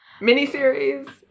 Miniseries